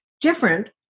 different